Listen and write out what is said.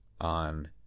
on